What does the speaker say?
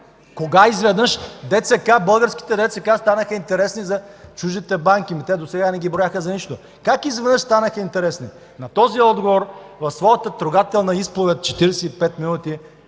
Кога изведнъж българските, дето се казва, станаха интересни за чуждите банки. Те досега не ги брояха за нищо. Как изведнъж станаха интересни? На този отговор в своята трогателна изповед от 45 минути